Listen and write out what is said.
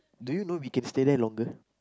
do you know we can stay there longer